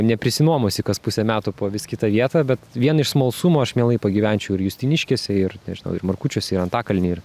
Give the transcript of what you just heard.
neprisinuomosi kas pusę metų po vis kitą vietą bet vien iš smalsumo aš mielai pagyvenčiau ir justiniškėse ir nežinau ir markučiuose ir antakalny ir